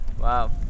Wow